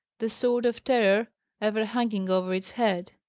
the sword of terror ever hanging over its head.